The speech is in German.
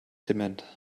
dement